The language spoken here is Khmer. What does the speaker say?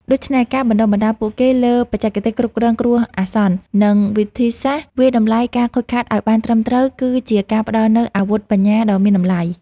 ដូច្នេះការបណ្តុះបណ្តាលពួកគេលើបច្ចេកទេសគ្រប់គ្រងគ្រោះអាសន្ន និងវិធីសាស្ត្រវាយតម្លៃការខូចខាតឱ្យបានត្រឹមត្រូវ គឺជាការផ្តល់នូវអាវុធបញ្ញាដ៏មានតម្លៃ។